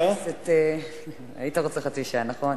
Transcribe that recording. נכון.